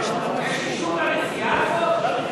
יש אישור, יש אישור לנסיעה הזאת?